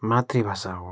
मातृभाषा हो